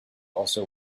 also